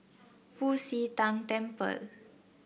Fu Xi Tang Temple